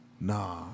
Nah